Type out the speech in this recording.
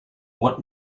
what